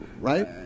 right